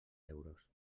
euros